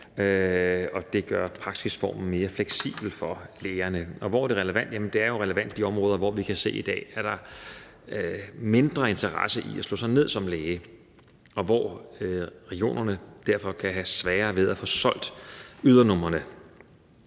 og det gør praksisformen mere fleksibel for lægerne. Hvorfor er det relevant? Det er jo relevant i de områder, hvor vi i dag kan se, at der er mindre interesse i at slå sig ned som læge, og hvor regionerne derfor kan have sværere ved at få solgt ydernumrene.